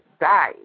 die